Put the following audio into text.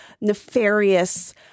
nefarious